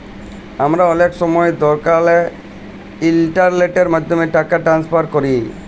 আমরা অলেক সময় দকালের ইলটারলেটের মাধ্যমে টাকা টেনেসফার ক্যরি